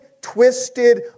twisted